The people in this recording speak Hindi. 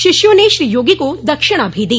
शिष्यों ने श्री योगी को दक्षिणा भी दी